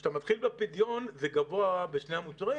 כשאתה מתחיל בפדיון זה גבוה בשני המוצרים.